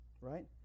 right